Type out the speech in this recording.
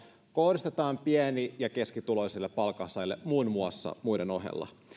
kohdistetaan pieni ja keskituloisille palkansaajille muun muassa muiden ohella